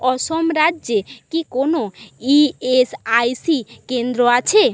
অসম রাজ্যে কি কোনও ই এস আই সি কেন্দ্র আছে